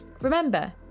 Remember